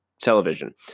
television